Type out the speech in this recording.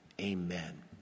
Amen